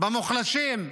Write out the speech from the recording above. במוחלשים,